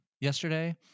yesterday